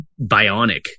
bionic